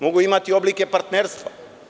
Mogu imati oblike partnerstva.